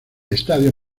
estadio